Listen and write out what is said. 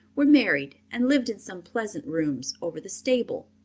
were married and lived in some pleasant rooms over the stable.